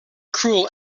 cruel